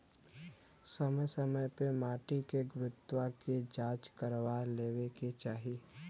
समय समय पे माटी के गुणवत्ता के जाँच करवा लेवे के चाही